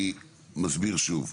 אני מסביר שוב,